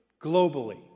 globally